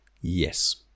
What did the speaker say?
Yes